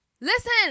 Listen